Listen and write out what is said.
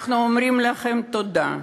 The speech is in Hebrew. אנחנו אומרים לכם תודה.